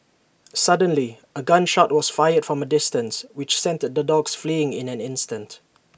suddenly A gun shot was fired from A distance which sent the dogs fleeing in an instant